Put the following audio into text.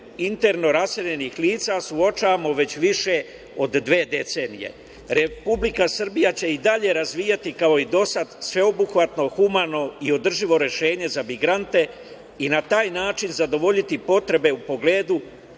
interno raseljenih lica suočavamo već više od dve decenije. Republika Srbija će i dalje razvijati kao i do sada sveobuhvatno i održivo rešenje za migrante i na taj način zadovoljiti potrebe u pogledu